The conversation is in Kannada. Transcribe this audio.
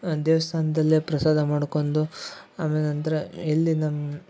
ದೇವಸ್ಥಾನ್ದಲ್ಲೇ ಪ್ರಸಾದ ಮಾಡ್ಕೊಂಡು ಆಮೇಲೆ ನಂತರ ಎಲ್ಲಿ ನಮ್ಮ